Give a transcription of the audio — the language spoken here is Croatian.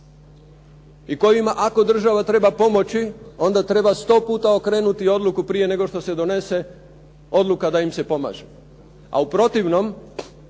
i kojima ako država treba pomoći onda treba 100 puta okrenuti odluku prije nego što se donese odluka da im se pomaže. A u protivnom,